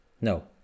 no